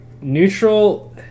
neutral